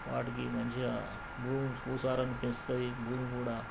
వాటికి మంచిగా భూము భూసారాన్ని పెంచుతుంది భూమి కూడా